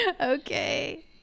okay